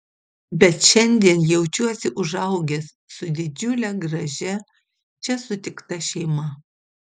bet šiandien jaučiuosi užaugęs su didžiule gražia čia sutikta šeima